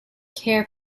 care